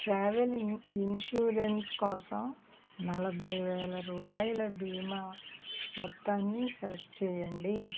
travel insurance కోసం నలభై వేల రూపాయల బీమా మొత్తాన్ని సెలెక్ట్ చేయండి